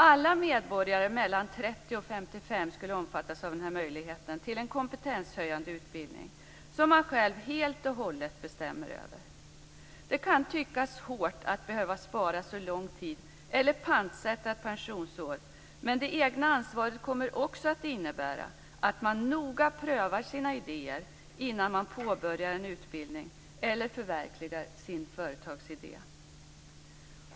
Alla medborgare mellan 30 och 55 år skall omfattas av denna möjlighet till en kompetenshöjande utbildning som man själv helt och hållet bestämmer över. Det kan tyckas hårt att behöva spara lång tid eller pantsätta ett pensionsår, men det egna ansvaret kommer också att innebära att man noga prövar sina idéer innan man påbörjar en utbildning eller förverkligar sin företagsidé.